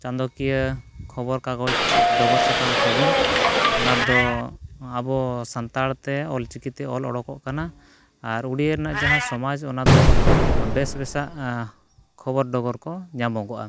ᱪᱟᱸᱫᱳᱠᱤᱭᱟᱹ ᱠᱷᱚᱵᱚᱨ ᱠᱟᱜᱚᱡᱽ ᱰᱚᱜᱚᱨ ᱥᱟᱠᱟᱢ ᱯᱷᱟᱹᱜᱩᱱ ᱚᱱᱟᱨᱮᱫᱚ ᱟᱵᱚ ᱥᱟᱱᱛᱟᱲ ᱛᱮ ᱚᱞ ᱪᱤᱠᱤ ᱛᱮ ᱚᱞ ᱩᱰᱩᱠᱚᱜ ᱠᱟᱱᱟ ᱟᱨ ᱳᱰᱤᱭᱟ ᱨᱮᱱᱟᱜ ᱡᱟᱦᱟᱸ ᱥᱚᱢᱟᱡᱽ ᱚᱱᱟᱫᱚ ᱵᱮᱥ ᱵᱮᱥ ᱟᱜ ᱠᱷᱚᱵᱚᱨ ᱰᱚᱜᱚᱨ ᱠᱚ ᱧᱟᱢᱚᱜᱚᱜᱼᱟ